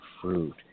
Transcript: fruit